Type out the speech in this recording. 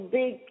big